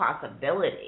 possibility